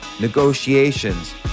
negotiations